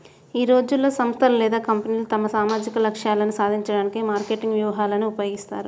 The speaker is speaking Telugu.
ఈ రోజుల్లో, సంస్థలు లేదా కంపెనీలు తమ సామాజిక లక్ష్యాలను సాధించడానికి మార్కెటింగ్ వ్యూహాలను ఉపయోగిస్తాయి